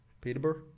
Peterborough